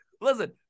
Listen